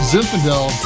Zinfandel